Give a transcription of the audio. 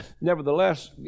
nevertheless